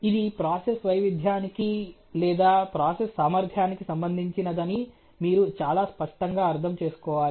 ఇది ప్రాసెస్ వైవిధ్యానికి లేదా ప్రాసెస్ సామర్థ్యానికి సంబంధించినదని మీరు చాలా స్పష్టంగా అర్థం చేసుకోవాలి